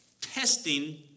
testing